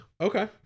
Okay